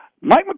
mike